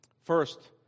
First